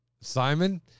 Simon